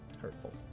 Hurtful